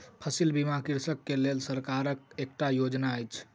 फसिल बीमा कृषक के लेल सरकारक एकटा योजना अछि